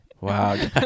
Wow